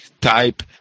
type